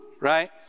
right